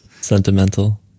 sentimental